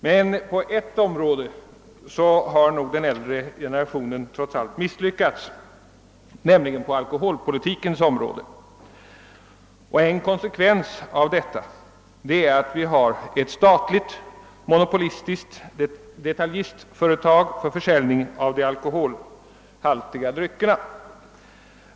Men på ett område har den äldre generationen misslyckats, nämligen på alkoholpolitikens område. Och en konsekvens av detta är att vi har ett statligt monopolistiskt detaljistföretag för försäljning av de alkoholhaltiga dryckerna.